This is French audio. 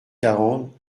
quarante